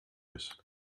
ist